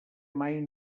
mai